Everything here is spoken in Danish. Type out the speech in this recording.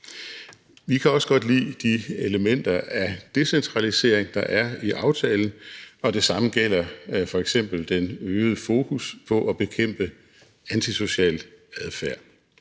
Vi kan også godt lide de elementer af decentralisering, der er i aftalen, og det samme gælder f.eks. den øgede fokus på at bekæmpe antisocial adfærd.